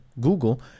Google